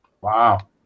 Wow